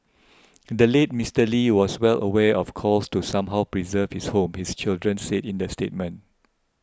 the late Mister Lee was well aware of calls to somehow preserve his home his children said in the statement